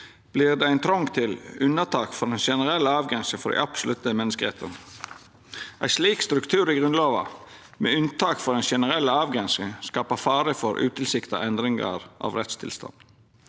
vert det ein trong til unntak frå den generelle avgrensinga for dei absolutte menneskerettane. Ein slik struktur i Grunnlova med unntak frå den generelle avgrensinga skaper fare for utilsikta endringar av rettstilstanden.